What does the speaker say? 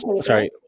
Sorry